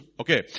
Okay